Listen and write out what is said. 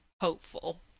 hopeful